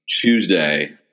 Tuesday